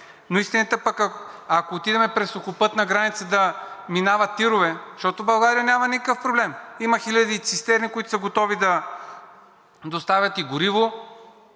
безумие. Но ако отидем през сухопътна граница да минават тирове, защото България няма никакъв проблем, има хиляди цистерни, които са готови да доставят и гориво